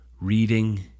reading